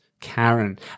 Karen